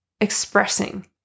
expressing